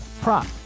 prop